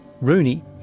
Rooney